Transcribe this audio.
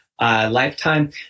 lifetime